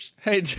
Hey